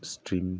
stream